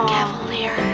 Cavalier